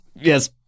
Yes